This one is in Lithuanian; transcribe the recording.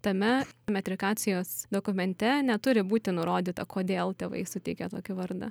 tame metrikacijos dokumente neturi būti nurodyta kodėl tėvai suteikė tokį vardą